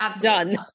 Done